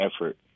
effort